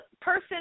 person